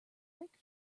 brake